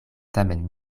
tamen